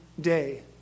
day